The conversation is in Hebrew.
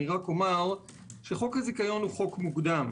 רק אומר שחוק הזיכיון הוא חוק מוקדם,